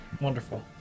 Wonderful